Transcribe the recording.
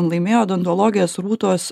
laimėjo odontologės rūtos